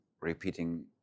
repeating